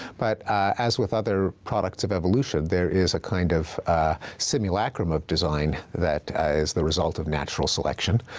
but as with other products of evolution, there is a kind of simulacrum of design that is the result of natural selection.